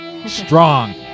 Strong